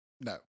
no